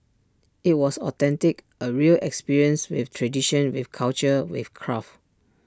IT was authentic A real experience with tradition with culture with craft